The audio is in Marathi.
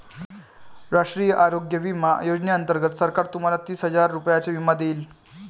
राष्ट्रीय आरोग्य विमा योजनेअंतर्गत सरकार तुम्हाला तीस हजार रुपयांचा विमा देईल